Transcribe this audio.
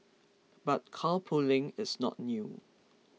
but carpooling is not new